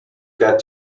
got